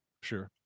Sure